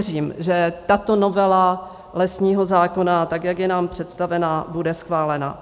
Proto věřím, že tato novela lesního zákona, tak jak je nám představena, bude schválena.